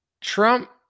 Trump